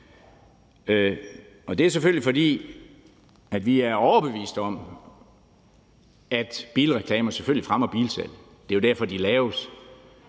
Det er selvfølgelig, fordi vi er overbeviste om, at bilreklamer selvfølgelig fremmer bilsalg; det er jo derfor, de laves.